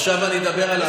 עכשיו אני אדבר על,